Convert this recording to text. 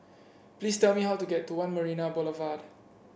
please tell me how to get to One Marina Boulevard